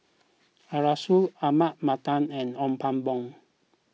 Arasu Ahmad Mattar and Ong Pang Boon